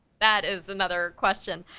that is another question.